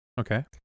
Okay